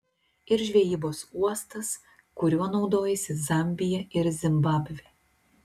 ir žvejybos uostas kuriuo naudojasi zambija ir zimbabvė